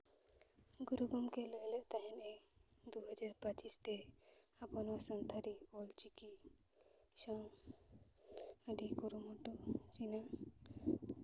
ᱜᱩᱨᱩ ᱜᱚᱢᱠᱮ ᱞᱟᱹᱭ ᱞᱮᱫ ᱛᱟᱦᱮᱱ ᱮ ᱫᱩ ᱦᱟᱡᱟᱨ ᱯᱚᱸᱪᱤᱥ ᱛᱮ ᱟᱵᱚ ᱱᱚᱣᱟ ᱥᱟᱱᱛᱟᱲᱤ ᱚᱞ ᱪᱤᱠᱤ ᱥᱟᱶ ᱟᱹᱰᱤ ᱠᱩᱨᱩᱢᱩᱴᱩ ᱨᱮᱱᱟᱜ